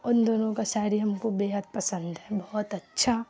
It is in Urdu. ان لوگوں کا شاعری ہم کو بے حد پسد ہے بہت اچھا